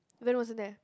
Ben wasn't there